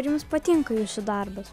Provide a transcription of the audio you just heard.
ar jums patinka jūsų darbas